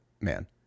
man